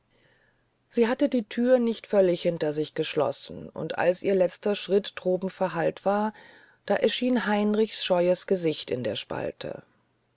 sie hatte die thür nicht völlig hinter sich geschlossen und als ihr letzter schritt droben verhallt war da erschien heinrichs scheues gesicht in der spalte